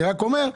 אני רק אומר,